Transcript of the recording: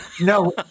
No